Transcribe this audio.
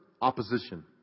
opposition